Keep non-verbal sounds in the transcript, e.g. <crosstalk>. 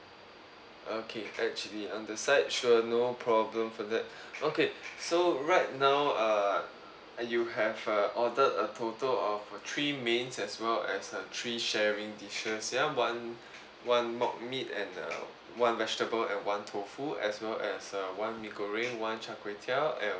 okay add chilli on the side sure no problem for that <breath> okay so right now err you have uh ordered a total of uh three mains as well as uh three sharing dishes ya one one mock meat and err one vegetable and one tofu as well as uh one mee goreng one char kway teow and